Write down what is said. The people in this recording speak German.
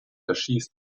erschießt